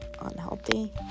unhealthy